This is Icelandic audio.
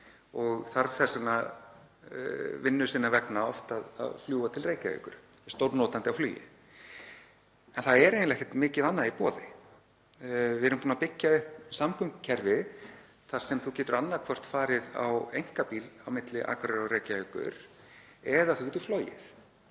og þarf þess vegna vinnu sinnar vegna að fljúga til Reykjavíkur, er stórnotandi á flugi. Það er eiginlega ekkert mikið annað í boði. Við erum búin að byggja upp samgöngukerfi þar sem þú getur annaðhvort farið á einkabíl á milli Akureyrar og Reykjavíkur eða þú getur flogið.